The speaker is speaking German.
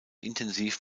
intensiv